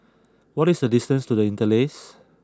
what is the distance to The Interlace